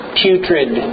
putrid